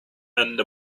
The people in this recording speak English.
and